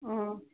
हां